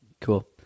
Cool